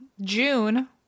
June